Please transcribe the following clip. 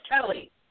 Kelly